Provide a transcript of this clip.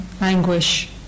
anguish